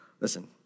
listen